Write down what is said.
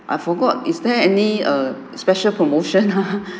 I forgot is there any err special promotion ah